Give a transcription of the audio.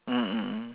mm mm mm